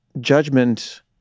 judgment